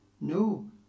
no